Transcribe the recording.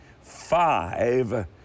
Five